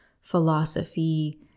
philosophy